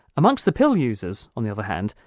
amongst the pill-users on the other hand,